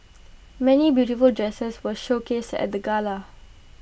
many beautiful dresses were showcased at the gala